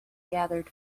gathered